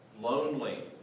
lonely